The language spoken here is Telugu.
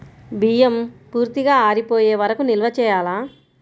బియ్యం పూర్తిగా ఆరిపోయే వరకు నిల్వ చేయాలా?